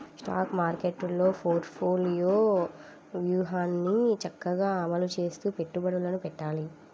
stock మార్కెట్టులో portfolio వ్యూహాన్ని చక్కగా అమలు చేస్తూ పెట్టుబడులను పెట్టాలి